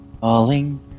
Falling